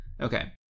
okay